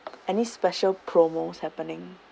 any special promos happening